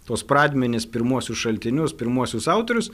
tuos pradmenis pirmuosius šaltinius pirmuosius autorius